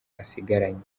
asigaranye